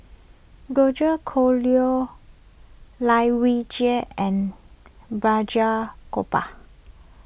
George Collyer Lai Weijie and Balraj Gopal